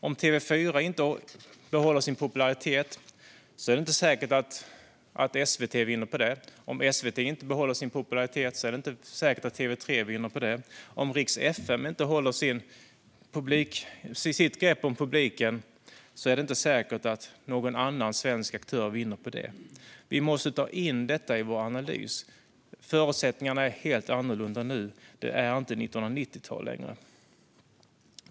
Om TV4 inte behåller sin popularitet är det inte säkert att SVT vinner på det. Om SVT inte behåller sin popularitet är det inte säkert att TV3 vinner på det. Om Rix FM inte håller sitt grepp om publiken är det inte säkert att någon annan svensk aktör vinner på det. Vi måste ta in detta i vår analys. Förutsättningarna är helt annorlunda nu. Det är inte 1990-tal längre.